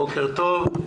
בוקר טוב.